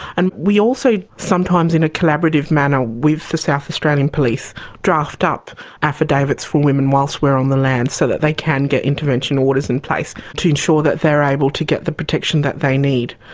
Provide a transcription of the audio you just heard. and we also sometimes in a collaborative manner with the south australian police draft up affidavits for women whilst we are on the land so that they can get intervention orders in place to ensure that they are able to get the protection that they need.